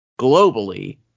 globally